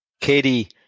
Katie